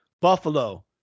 Buffalo